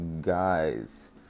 guys